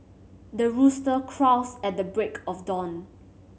the rooster crows at the break of dawn